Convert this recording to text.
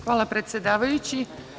Hvala, predsedavajući.